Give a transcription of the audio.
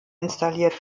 installiert